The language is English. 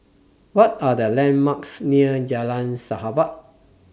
What Are The landmarks near Jalan Sahabat